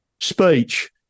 speech